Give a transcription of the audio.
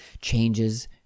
changes